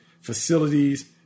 facilities